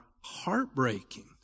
heartbreaking